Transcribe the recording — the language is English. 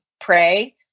pray